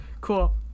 Cool